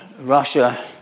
Russia